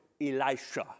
Elisha